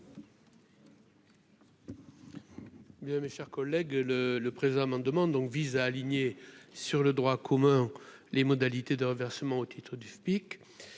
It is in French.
mes chers collègues, le le présent amendement donc vise à aligner sur le droit commun, les modalités de versement au titre du FPIC